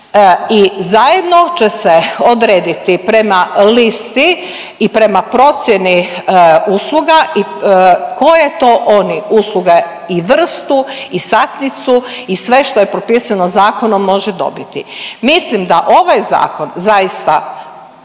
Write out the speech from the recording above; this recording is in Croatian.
I zajedno će se odrediti prema listi i prema procjeni usluga koje to oni usluge i vrstu i satnicu i sve što je propisano zakonom može dobiti. Mislim da ovaj zakon zaista